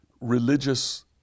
religious